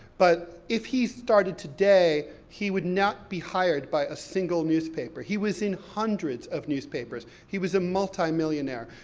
but if he started today, he would not be hired by a single newspaper. he was in hundreds of newspapers, he was a multimillionaire.